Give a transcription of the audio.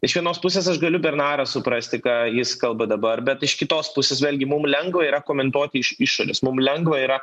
iš vienos pusės aš galiu bernarą suprasti ką jis kalba dabar bet iš kitos pusės vėlgi mum lengva yra komentuoti iš išorės mum lengva yra